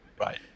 Right